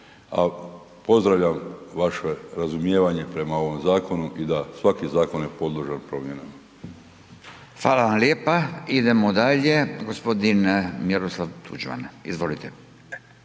a pozdravljam vaše razumijevanje prema ovom zakonu i da svaki zakon je podložan promjenama. **Radin, Furio (Nezavisni)** Hvala vam lijepa. Idemo dalje, gospodin Miroslav Tuđman. Izvolite.